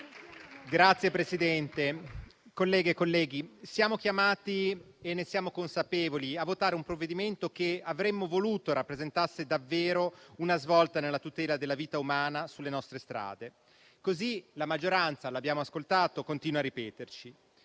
Signor Presidente, colleghe e colleghi, siamo chiamati - e ne siamo consapevoli - a votare un provvedimento che avremmo voluto rappresentasse davvero una svolta nella tutela della vita umana sulle nostre strade. Così la maggioranza - lo abbiamo ascoltato - continua a ripeterci,